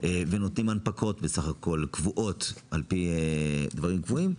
ונותנים הנפקות קבועות, על-פי דברים קבועים,